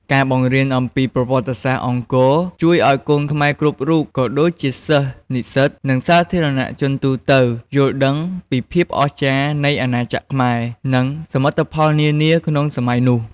ការបង្រៀនអំពីប្រវត្តិសាស្រ្តអង្គរ ជួយឲ្យកូនខ្មែរគ្រប់រូប ក៏ដូចជាសិស្ស និស្សិត និងសាធារណជនទូទៅ យល់ដឹងពីភាពអស្ចារ្យនៃអាណាចក្រខ្មែរ និងសមិទ្ធផលនានាក្នុងសម័យនោះ។